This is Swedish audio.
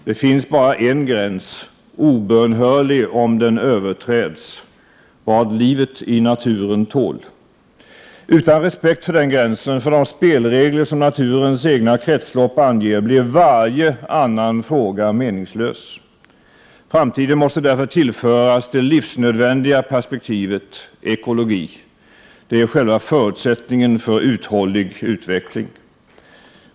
Det finns bara en gräns, obönhörlig om den överträds: Vad livet i naturen tål. Utan respekt för den gränsen och för de spelregler som naturens egna kretslopp anger blir varje annan fråga meningslös. Framtiden måste därför tillföras det livsnödvändiga perspektivet: ekologi. Det är själva förutsättningen för uthållig utveckling.